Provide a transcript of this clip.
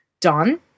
done